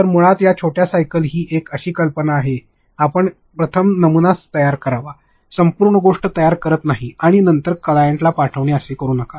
तर मुळात ह्या छोट्या सायकलस ही एक अशी कल्पना आहे की आपण प्रथम नमुना तयार करता संपूर्ण गोष्ट तयार करीत नाही आणि नंतर क्लायंटला पाठवणे असे करू नका